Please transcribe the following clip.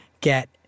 get